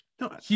No